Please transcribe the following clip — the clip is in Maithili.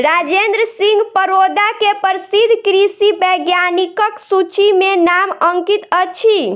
राजेंद्र सिंह परोदा के प्रसिद्ध कृषि वैज्ञानिकक सूचि में नाम अंकित अछि